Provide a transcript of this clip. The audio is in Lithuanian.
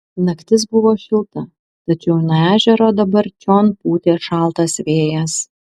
naktis buvo šilta tačiau nuo ežero dabar čion pūtė šaltas vėjas